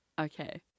Okay